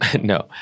no